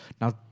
Now